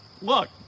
Look